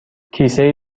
کیسه